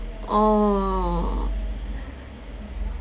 !aww!